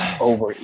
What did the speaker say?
over